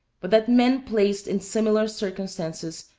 but that men placed in similar circumstances